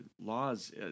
laws